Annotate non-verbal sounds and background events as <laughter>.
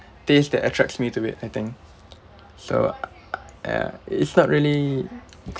taste that attracts me to it I think so <noise> ya it's not really